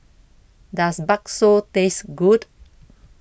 Does Bakso Taste Good